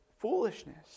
foolishness